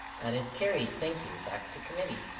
that is carried thank you back to committee